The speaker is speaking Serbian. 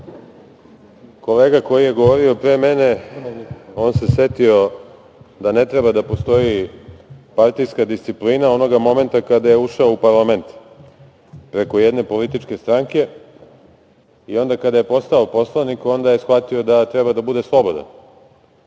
kolega koji je govorio pre mene se setio da ne treba da postoji partijska disciplina onoga momenta kada je ušao u parlament preko jedne političke stranke i onda kad aje postao poslanik, onda je shvatio da treba da bude slobodan.